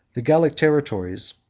the gallic territories,